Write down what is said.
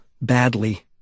badly